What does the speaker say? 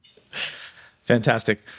Fantastic